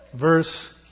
Verse